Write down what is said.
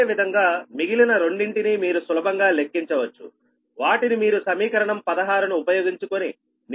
అదేవిధంగా మిగిలిన రెండింటినీ మీరు సులభంగా లెక్కించవచ్చువాటిని మీరు సమీకరణం 16 ను ఉపయోగించుకొని నేరుగా లెక్కించవచ్చు